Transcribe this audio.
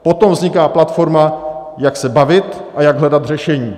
Potom vzniká platforma, jak se bavit a jak hledat řešení.